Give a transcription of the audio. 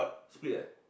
split eh